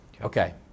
Okay